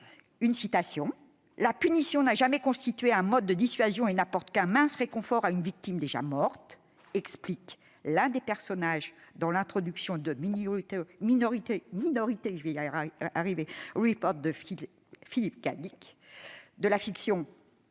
satisfaisant ?« La punition n'a jamais constitué un moyen de dissuasion et n'apporte qu'un mince réconfort à une victime déjà morte » explique l'un des personnages dans l'introduction de de Philip K. Dick. De la fiction à la réalité,